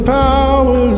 power